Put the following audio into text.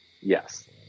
Yes